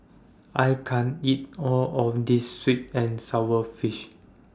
I can't eat All of This Sweet and Sour Fish